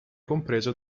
compreso